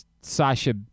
Sasha